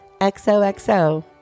XOXO